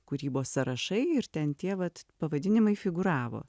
kūrybos sąrašai ir ten tie vat pavadinimai figūravo